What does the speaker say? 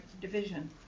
division